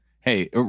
Hey